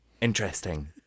interesting